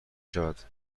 شود